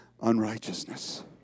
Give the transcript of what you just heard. unrighteousness